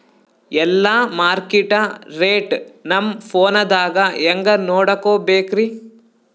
ಎಲ್ಲಾ market rate ನಮ್ ಫೋನದಾಗ ಹೆಂಗ ನೋಡಕೋಬೇಕ್ರಿ?